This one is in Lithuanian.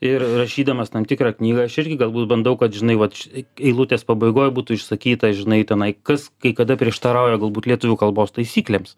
ir rašydamas tam tikrą knygą aš irgi galbūt bandau kad žinai vat eilutės pabaigoj būtų išsakyta žinai tenai kas kai kada prieštarauja galbūt lietuvių kalbos taisyklėms